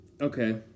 Okay